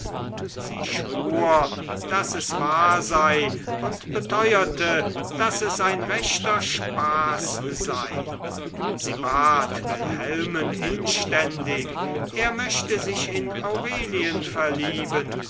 sie schwur daß es wahr sei und beteuerte daß es ein rechter spaß sei sie bat wilhelmen inständig er möchte sich in aurelien verlieben